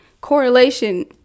correlation